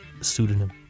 pseudonym